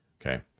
Okay